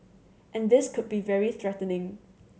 and this could be very threatening